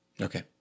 Okay